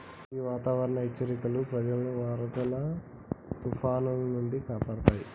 గీ వాతావరనం హెచ్చరికలు ప్రజలను వరదలు తుఫానాల నుండి కాపాడుతాయి